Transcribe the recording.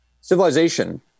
Civilization